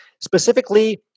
specifically